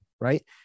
Right